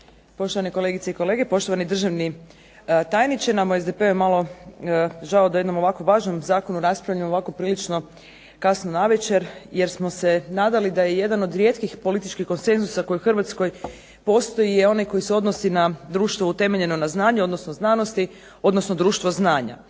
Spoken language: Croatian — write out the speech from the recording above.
poštovane kolegice i kolege, poštovani državni tajniče. Nama u SDP-u je malo žao da o jednom ovako važnom zakonu raspravljamo ovako prilično kasno navečer jer smo se nadali da je jedan od rijetkih političkih konsenzusa koji u Hrvatskoj postoji je onaj koji se odnosi na društvo utemeljeno na znanje, odnosno znanosti, odnosno društvo znanja.